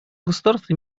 государство